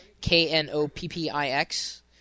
K-N-O-P-P-I-X